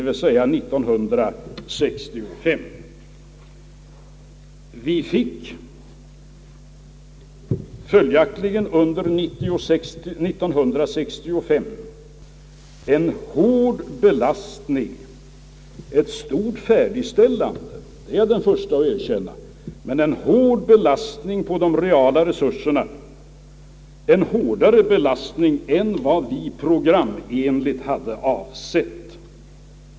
Vi fick följaktligen under år 1965 en hård belastning — även om jag är den förste att erkänna att det behövs ett färdigställande av lägenheter i stor omfattning — på de reala resurserna, en hårdare belastning än vi programenligt hade avsett.